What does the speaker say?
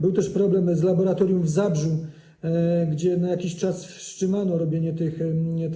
Był też problem z laboratorium w Zabrzu, gdzie na jakiś czas wstrzymano robienie testów.